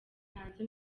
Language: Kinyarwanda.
hanze